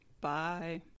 bye